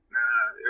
Nah